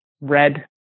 Red